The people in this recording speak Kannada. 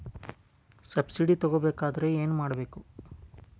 ಸಬ್ಸಿಡಿ ತಗೊಬೇಕಾದರೆ ಏನು ಮಾಡಬೇಕು?